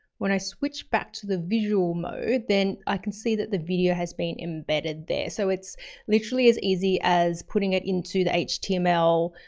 when i switched back to the visual mode, then i can see that the video has been embedded there. so it's literally as easy as putting it into the html